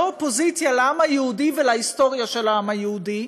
אופוזיציה לעם היהודי ולהיסטוריה של העם היהודי.